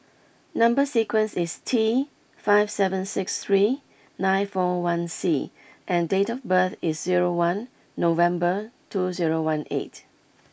number sequence is T five seven six three nine four one C and date of birth is zero one November two zero one eight